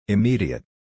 Immediate